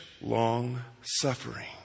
Long-suffering